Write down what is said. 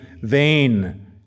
vain